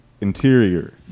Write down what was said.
Interior